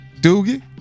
Doogie